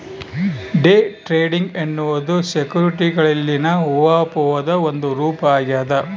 day trading ಎನ್ನುವುದು ಸೆಕ್ಯುರಿಟಿಗಳಲ್ಲಿನ ಊಹಾಪೋಹದ ಒಂದು ರೂಪ ಆಗ್ಯದ